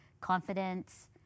confidence